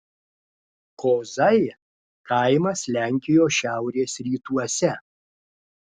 kozai kaimas lenkijos šiaurės rytuose